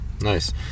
Nice